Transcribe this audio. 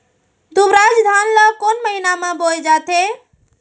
दुबराज धान ला कोन महीना में बोये जाथे?